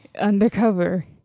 undercover